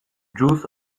juice